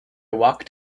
walked